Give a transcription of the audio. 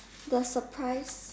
the surprise